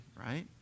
right